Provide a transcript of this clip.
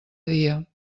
dia